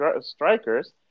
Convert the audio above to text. Strikers